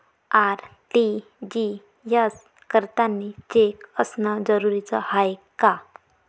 RTGS करतांनी cheque असनं जरुरीच हाय का?